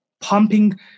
pumping